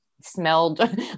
smelled